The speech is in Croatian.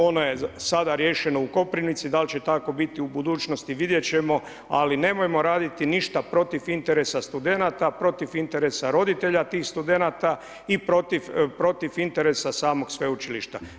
Ono je sada riješeno u Koprivnici, da li će tako biti u budućnosti vidjeti ćemo, ali nemojmo raditi ništa protiv interesa studenata, protiv interesa roditelja tih studenata i protiv interesa samog sveučilišta.